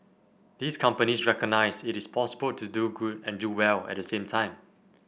these companies recognise it is possible to do good and do well at the same time